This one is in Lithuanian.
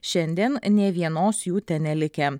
šiandien nė vienos jų ten nelikę